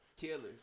Killers